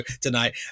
tonight